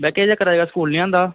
बै केह् चक्कर अजकल्ल स्कूल निं औंदा